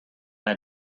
had